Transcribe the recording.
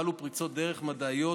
וחלו פריצות דרך מדעיות